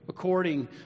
According